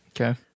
Okay